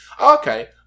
okay